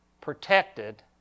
protected